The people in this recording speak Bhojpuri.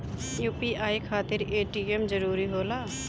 यू.पी.आई खातिर ए.टी.एम जरूरी होला?